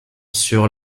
sur